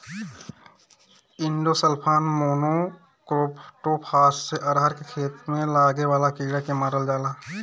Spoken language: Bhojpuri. इंडोसल्फान, मोनोक्रोटोफास से अरहर के खेत में लागे वाला कीड़ा के मारल जाला